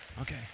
Okay